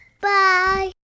Bye